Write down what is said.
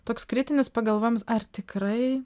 toks kritinis pagalvojimas ar tikrai